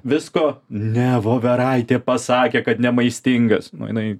visko ne voveraitė pasakė kad nemaistingas na jinai